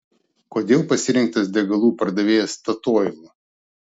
kodėl pasirinktas degalų pardavėjas statoil